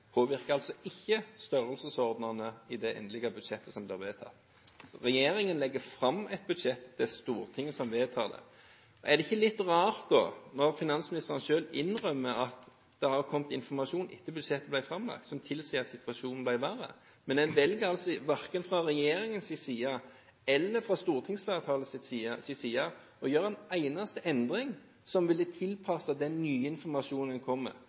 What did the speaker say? påvirker altså ikke størrelsesordenen i det endelige budsjettet som blir vedtatt. Regjeringen legger fram et budsjett. Det er Stortinget som vedtar det. Er det da ikke litt rart, når finansministeren selv innrømmer at det har kommet informasjon etter at budsjettet ble framlagt, som tilsier at situasjonen ble verre? Likevel velger en altså verken fra regjeringens side eller fra stortingsflertallets side å gjøre en eneste endring – en endring tilpasset den nye informasjonen en